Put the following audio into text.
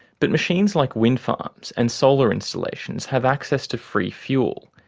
but machines like wind farms and solar installations have access to free fuel,